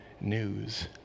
news